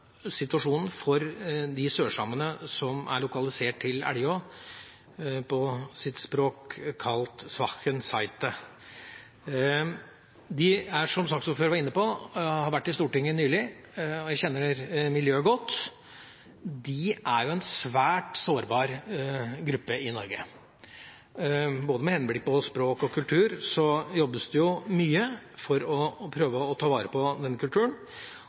situasjonen for de sørsamene som er lokalisert til Elgå, på deres språk kalt Svahken sijte. De har, som saksordføreren var inne på, vært i Stortinget nylig. Jeg kjenner miljøet godt. De er en svært sårbar gruppe i Norge. Med henblikk på både språk og kultur jobbes det mye for å prøve å ta vare på denne kulturen,